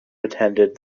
attended